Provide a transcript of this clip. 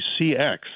CX